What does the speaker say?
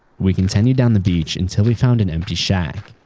we continued down the beach until we found an empty shack.